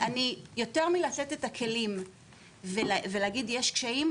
יותר מלתת את הכלים ולהגיד שיש קשיים,